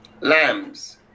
lambs